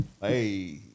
hey